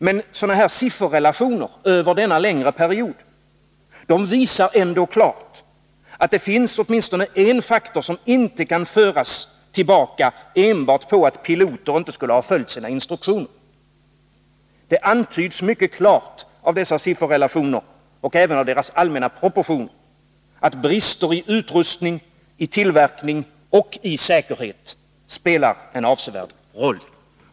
Men de här sifferrelationerna, över denna längre period, visar ändå klart att det finns åtminstone en faktor som inte kan föras tillbaka enbart på att piloter inte skulle ha följt sina instruktioner. Det antyds mycket klart av dessa sifferrelationer och även av deras allmänna proportion att brister i utrustning, tillverkning och säkerhet spelar en avsevärd roll.